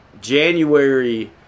january